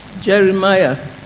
Jeremiah